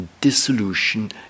dissolution